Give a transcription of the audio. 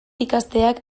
ikasteak